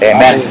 Amen